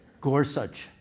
Gorsuch